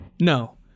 No